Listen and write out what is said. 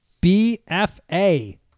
B-F-A